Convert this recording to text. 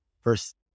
first